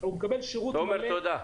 הוא מקבל שירות מלא,